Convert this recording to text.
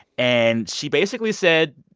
and she basically said,